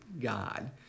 God